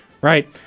Right